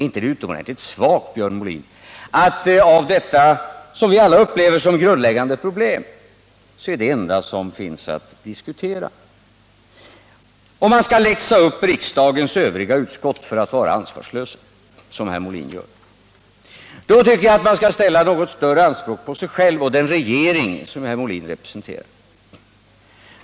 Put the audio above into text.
Är det inte utomordentligt svagt, Björn Molin, att beträffande detta grundläggande problem bara diskutera frågan om hur man skall läxa upp riksdagens övriga utskott för att de är för ansvarslösa, som herr Molin gör? Jag tycker att man skall ställa något större anspråk på sig själv och på den regering som herr Molin representerar.